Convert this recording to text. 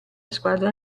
squadra